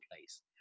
place